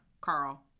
Carl